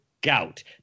gout